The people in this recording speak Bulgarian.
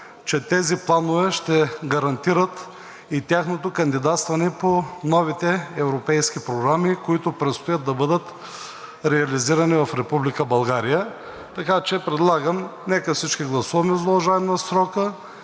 че тези планове ще гарантират и тяхното кандидатстване по новите европейски програми, които предстоят да бъдат реализирани в Република България. Така че предлагам – нека всички да гласуваме за удължаване на срока